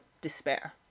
despair